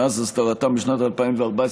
מאז אסדרתם בשנת 2014,